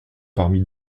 parmi